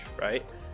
Right